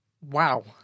Wow